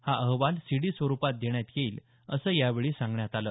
हा अहवाल सीडी स्वरूपात देण्यात येईल असं यावेळी सांगण्यात आलं